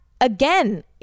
again